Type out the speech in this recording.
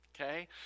okay